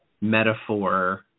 metaphor